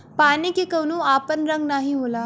पानी के कउनो आपन रंग नाही होला